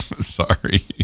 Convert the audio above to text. Sorry